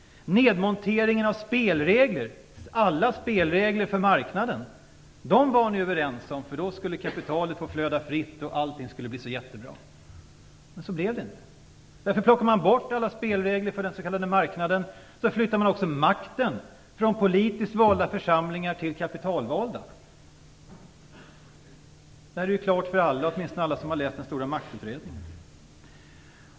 Nedmonteringen av spelregler, alla spelregler för marknaden - det var ni överens om, eftersom det skulle innebära att kapitalet fick flöda fritt och allt skulle bli så jättebra. Men så blev det inte. Plockar man bort alla spelregler för den s.k. marknaden, flyttar man också makten från politiskt valda församlingar till kapitalvalda. Det här står klart för alla, åtminstone alla som har läst den stora Maktutredningen.